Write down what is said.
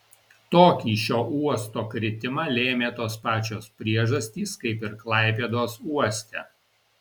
tokį šio uosto kritimą lėmė tos pačios priežastys kaip ir klaipėdos uoste